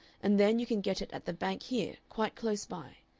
and then you can get it at the bank here, quite close by.